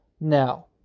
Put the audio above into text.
Now